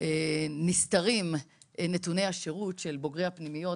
נסתרים נתוני השרות של בוגרי הפנימיות,